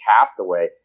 Castaway